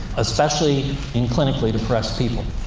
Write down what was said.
especially in clinically depressed people.